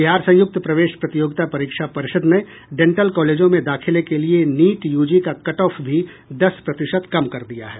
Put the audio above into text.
बिहार संयुक्त प्रवेश प्रतियोगिता परीक्षा परिषद ने डेंटल कॉलेजों में दाखिले के लिए नीट यूजी का कट ऑफ भी दस प्रतिशत कम कर दिया है